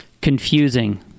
Confusing